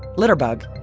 litterbug,